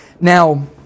Now